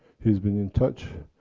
he's been in touch.